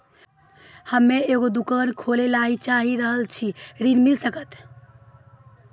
हम्मे एगो दुकान खोले ला चाही रहल छी ऋण मिल सकत?